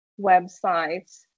websites